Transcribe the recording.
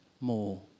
more